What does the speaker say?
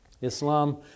Islam